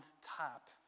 top